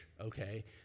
okay